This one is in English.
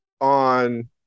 on